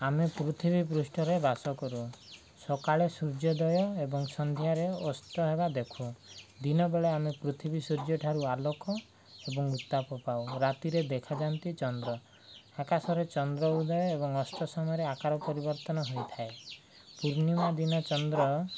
ଆମେ ପୃଥିବୀ ପୃଷ୍ଠରେ ବାସ କରୁ ସକାଳେ ସୂର୍ଯ୍ୟୋଦୟ ଏବଂ ସନ୍ଧ୍ୟାରେ ଅସ୍ତ ହେବା ଦେଖୁ ଦିନବେଳେ ଆମେ ପୃଥିବୀ ସୂର୍ଯ୍ୟଠାରୁ ଆଲୋକ ଏବଂ ଉତ୍ତାପ ପାଉ ରାତିରେ ଦେଖାଯାଆନ୍ତି ଚନ୍ଦ୍ର ଆକାଶରେ ଚନ୍ଦ୍ର ଉଦୟ ଏବଂ ଅସ୍ତ ସମୟରେ ଆକାର ପରିବର୍ତ୍ତନ ହୋଇଥାଏ ପୂର୍ଣ୍ଣିମା ଦିନ ଚନ୍ଦ୍ର